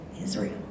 Israel